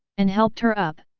and helped her up,